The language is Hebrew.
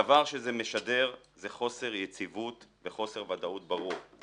הדבר שזה משדר זה חוסר יציבות וחוסר ודאות ברור.